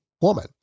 woman